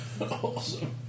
Awesome